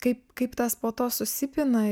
kaip kaip tas po to susipina